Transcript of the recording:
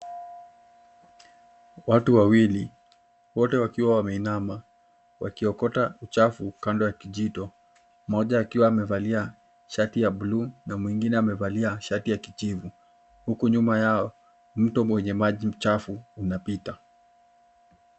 Watu wawili, wote wakiwa wameinama, wakiokota uchafu kando ya kijito, mmoja akiwa amevalia shati ya blue , na mwingine amevalia shati ya kijivu, huku nyuma yao, mto wenye maji chafu, unapita.